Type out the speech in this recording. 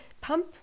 pump